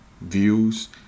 views